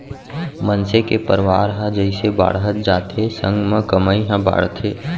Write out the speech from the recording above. मनसे के परवार ह जइसे बाड़हत जाथे संग म कमई ह बाड़थे